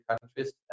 countries